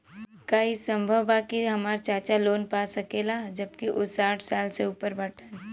का ई संभव बा कि हमार चाचा लोन पा सकेला जबकि उ साठ साल से ऊपर बाटन?